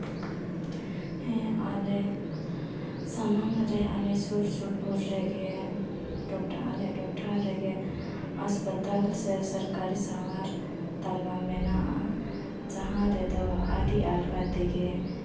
ᱦᱮᱸ ᱟᱞᱮ ᱥᱟᱢᱟᱝ ᱨᱮ ᱟᱞᱮ ᱥᱩᱨᱼᱥᱩᱯᱩᱨ ᱨᱮᱜᱮ ᱴᱚᱴᱟ ᱟᱞᱮᱭᱟᱜ ᱴᱚᱴᱷᱟ ᱨᱮᱜᱮ ᱦᱟᱥᱯᱟᱛᱟᱞ ᱥᱮ ᱥᱚᱨᱠᱟᱨᱤ ᱥᱟᱶᱟᱨ ᱛᱟᱞᱢᱟ ᱢᱮᱱᱟᱜᱼᱟ ᱡᱟᱦᱟᱸ ᱨᱮᱫᱚ ᱟᱹᱰᱤ ᱟᱞᱜᱟ ᱛᱮᱜᱮ